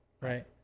Right